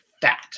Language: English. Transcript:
FAT